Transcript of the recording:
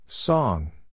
Song